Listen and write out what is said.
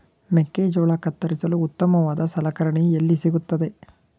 ಮೆಕ್ಕೆಜೋಳ ಕತ್ತರಿಸಲು ಉತ್ತಮವಾದ ಸಲಕರಣೆ ಎಲ್ಲಿ ಸಿಗುತ್ತದೆ?